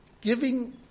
Giving